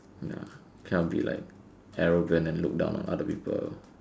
ya cannot be like arrogant and look down on other people